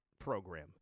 program